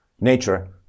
nature